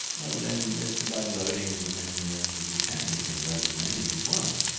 well then it's about loading and as many neurons as you can. you can load as many as you want.